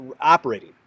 operating